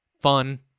fun